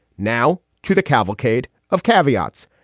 now to the cavalcade of caveats.